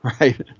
right